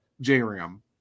J-Ram